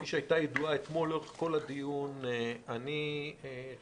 כפי שהיתה ידועה אתמול לאורך כל הדיון, אני חשבתי